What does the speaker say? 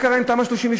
מה קרה עם תמ"א 38?